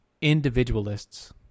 individualists